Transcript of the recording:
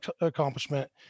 accomplishment